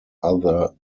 other